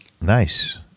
nice